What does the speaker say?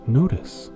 notice